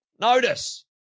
Notice